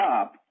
up